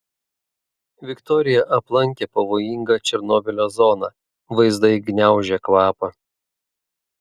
viktorija aplankė pavojingą černobylio zoną vaizdai gniaužia kvapą